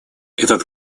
этот